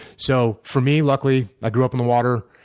so for me, luckily i grew up on the water,